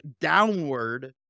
downward